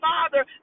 Father